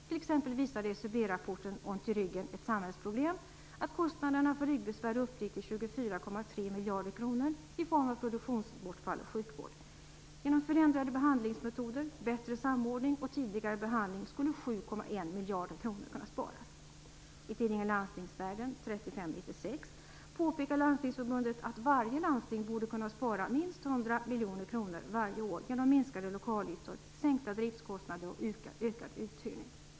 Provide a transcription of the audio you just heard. T.ex. 24,3 miljarder kronor i form av produktionsbortfall och sjukvård. Genom förändrade behandlingsmetoder, bättre samordning och tidigare behandling skulle 7,1 miljarder kronor kunna sparas. Landstingsförbundet att varje landsting borde kunna spara minst 100 miljoner kronor varje år genom minskade lokalytor, sänkta driftskostnader och ökad uthyrning.